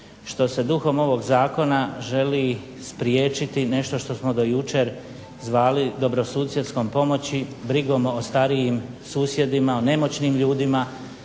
što se duhom ovog zakona želi spriječiti nešto što smo do jučer zvali dobrosusjedskom pomoći, brigom o starijim susjedima, o nemoćnim ljudima